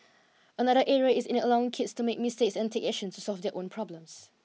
another area is in allowing kids to make mistakes and take action to solve their own problems